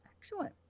Excellent